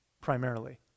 primarily